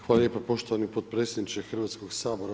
Hvala lijepa poštovani potpredsjedniče Hrvatskoga sabora.